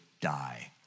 die